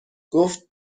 گفت